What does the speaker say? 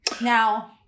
Now